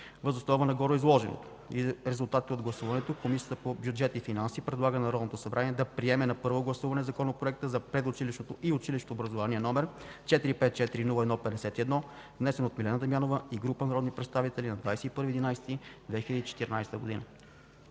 Въз основа на гореизложеното и резултатите от гласуването Комисия по бюджет и финанси предлага на Народното събрание да приеме на първо гласуване Законопроект за предучилищното и училищното образование, № 454-01-51, внесен от Милена Дамянова и група народни представители на 21 ноември